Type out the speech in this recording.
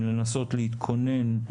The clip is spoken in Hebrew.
היא לנסות להתכונן,